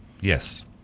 Yes